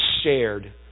shared